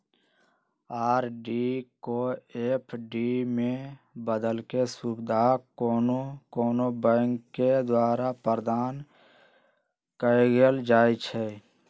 RD को FD में बदलेके सुविधा कोनो कोनो बैंके द्वारा प्रदान कएल जाइ छइ